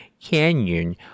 Canyon